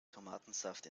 tomatensaft